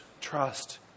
trust